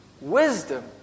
Wisdom